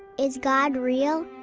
is god real?